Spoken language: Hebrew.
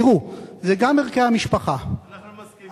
תראו, זה גם ערכי המשפחה, אנחנו מסכימים.